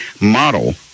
model